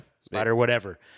Spider-whatever